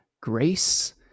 grace